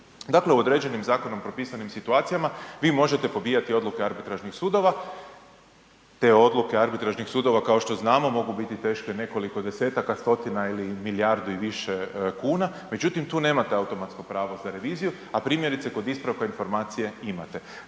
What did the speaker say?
Dakle, u određenim zakonom propisanim situacijama vi možete pobijati odluke arbitražnih sudova, te odluke arbitražnih sudova kao što znamo mogu biti teške nekoliko desetaka, stotina ili milijardu i više kuna, međutim tu nemate automatsko pravo za reviziju, a primjerice kod ispravka informacije imate.